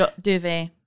Duvet